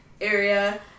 area